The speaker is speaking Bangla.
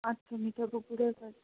আচ্ছা নিশা পুকুরের কাছে